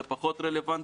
זה פחות רלוונטי.